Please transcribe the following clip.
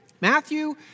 Matthew